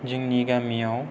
जोंनि गामियाव